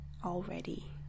already